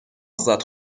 آزاد